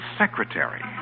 secretary